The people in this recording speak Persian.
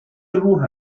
روح